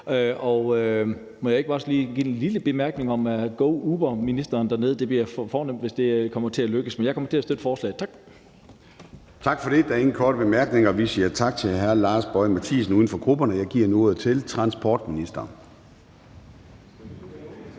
Må jeg ikke også komme med en lille bemærkning til go Uber-ministeren dernede om, at det er fornemt, hvis det kommer til at lykkes. Men jeg kommer til at støtte forslaget. Tak. Kl. 10:31 Formanden (Søren Gade): Der er ingen korte bemærkninger, og vi siger tak til hr. Lars Boje Mathiesen, uden for grupperne. Jeg giver nu ordet til transportministeren.